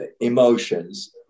emotions